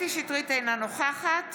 אינה נוכחת